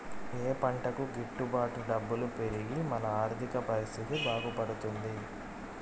ఏ పంటకు గిట్టు బాటు డబ్బులు పెరిగి మన ఆర్థిక పరిస్థితి బాగుపడుతుంది?